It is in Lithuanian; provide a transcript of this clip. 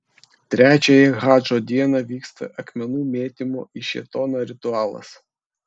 trečiąją hadžo dieną vyksta akmenų mėtymo į šėtoną ritualas